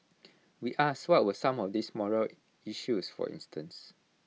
we asked what were some of these morale issues for instance